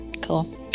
Cool